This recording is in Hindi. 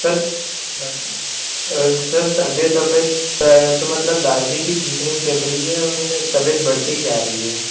सर बर्थ में सर तबियत वबियत तो मतलब दादी की ठीक नहीं चल रही है उनमें तबियत बढ़ते ही जा रही है